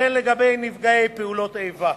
וכן על נפגעי פעולות איבה.